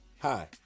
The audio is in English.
Hi